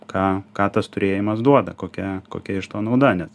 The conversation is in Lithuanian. ką ką tas turėjimas duoda kokia kokia iš to nauda nes